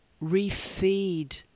re-feed